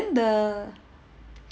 the